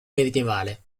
medievale